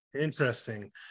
Interesting